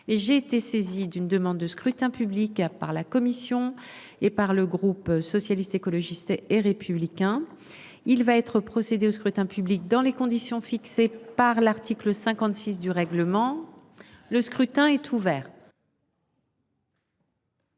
j'ai été saisi d'une demande de scrutin public à par la Commission et par le groupe socialiste, écologiste et républicain. Il va être procédé au scrutin public dans les conditions fixées par l'article 56 du règlement. Le scrutin est ouvert.